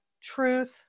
truth